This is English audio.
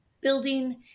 building